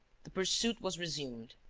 the pursuit was resumed,